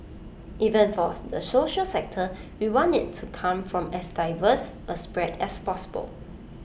even for the social sector we want IT to come from as diverse A spread as possible